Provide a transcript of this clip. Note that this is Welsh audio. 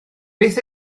beth